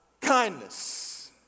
kindness